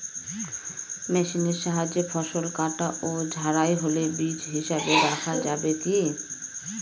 মেশিনের সাহায্যে ফসল কাটা ও ঝাড়াই হলে বীজ হিসাবে রাখা যাবে কি?